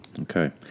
Okay